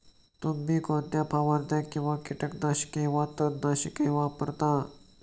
तुम्ही कोणत्या फवारण्या किंवा कीटकनाशके वा तणनाशके वापरता?